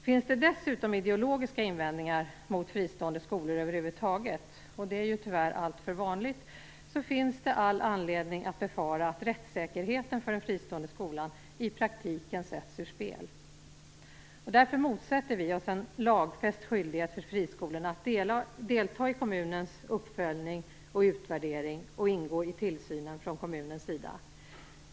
Finns det dessutom ideologiska invändningar mot fristående skolor över huvud taget, vilket tyvärr är alltför vanligt, finns det all anledning att befara att rättssäkerheten för den fristående skolan i praktiken sätts ur spel. Därför motsätter vi oss en lagfäst skyldighet för friskolorna att delta i kommunens uppföljning och utvärdering och ingå i tillsynen från kommunens sida.